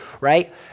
right